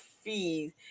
fees